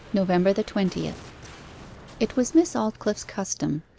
november the twentieth it was miss aldclyffe's custom,